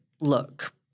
look